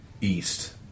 east